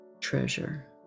treasure